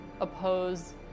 oppose